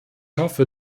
hoffe